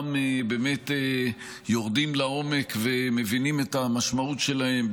באמת יורדים לעומק ומבינים את המשמעות שלהם,